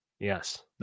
Yes